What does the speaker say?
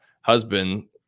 husband